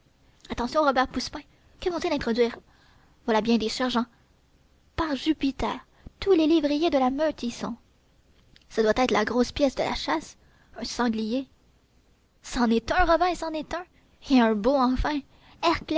attention robin poussepain que vont-ils introduire voilà bien des sergents par jupiter tous les lévriers de la meute y sont ce doit être la grosse pièce de la chasse un sanglier cen est un robin c'en est un et un beau